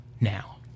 now